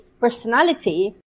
personality